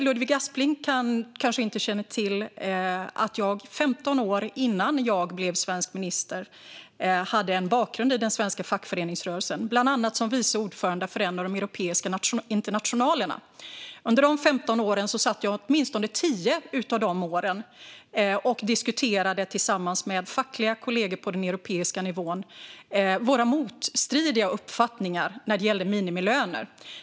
Ludvig Aspling kanske inte känner till att jag när jag blev svensk minister hade 15 års bakgrund i den svenska fackföreningsrörelsen - bland annat som vice ordförande för en av de europeiska internationalerna. Av de 15 åren satt jag under åtminstone 10 år med fackliga kollegor på den europeiska nivån och diskuterade våra motstridiga uppfattningar när det gällde minimilöner.